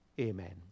Amen